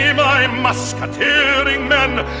yeah my must then